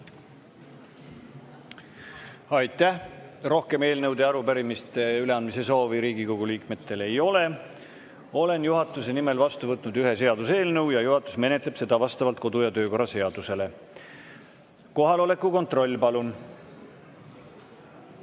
Aitäh! Rohkem eelnõude ja arupärimiste üleandmise soovi Riigikogu liikmetel ei ole. Olen juhatuse nimel vastu võtnud ühe seaduseelnõu ja juhatus menetleb seda vastavalt kodu‑ ja töökorra seadusele. Kohaloleku kontroll, palun!